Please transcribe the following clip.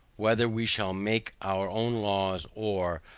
whether we shall make our own laws, or,